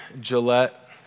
Gillette